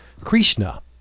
Krishna